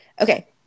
Okay